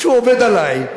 או שהוא עובד עלי.